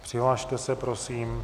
Přihlaste se prosím.